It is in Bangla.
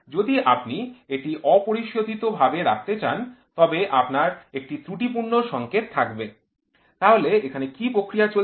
যদি আপনি এটি অপরিশোধিত ভাবে রাখতে চান তবে আপনার একটি ত্রুটিপূর্ণ সংকেত থাকবে তাহলে এখানে কি প্রক্রিয়া চলছে